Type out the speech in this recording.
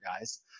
guys